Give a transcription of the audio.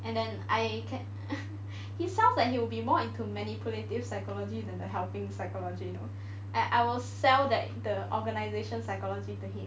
and then I can he sounds like he will be more into manipulative psychology than the helping psychology you know I I will sell that the organisation psychology to him